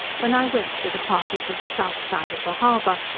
when i went with a party to the south side of the harbour,